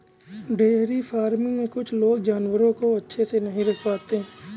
dairy farming में कुछ लोग जानवरों को अच्छे से नहीं रख पाते